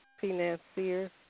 financiers